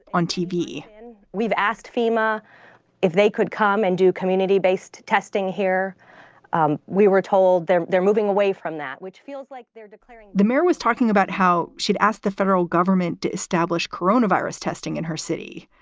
on tv we've asked fema if they could come and do community based testing here um we were told they're they're moving away from that, which feels like they're declaring the mayor was talking about how she'd asked the federal government to establish coronavirus testing in her city.